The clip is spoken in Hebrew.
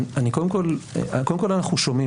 בוא נתחיל מזה שקודם כל אנחנו שומעים,